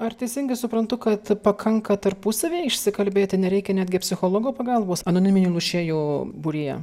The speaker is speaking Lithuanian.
ar teisingai suprantu kad pakanka tarpusavyje išsikalbėti nereikia netgi psichologo pagalbos anoniminių lošėjų būryje